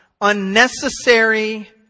unnecessary